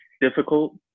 difficult